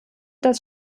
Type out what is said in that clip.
das